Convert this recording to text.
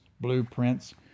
blueprints